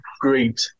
great